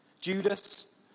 Judas